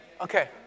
Okay